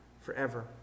forever